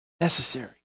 necessary